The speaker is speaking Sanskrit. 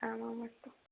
आम् आम् अस्तु